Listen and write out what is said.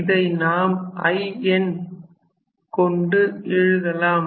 இதை நாம் In கொண்டு எழுதலாம்